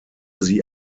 sie